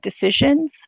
decisions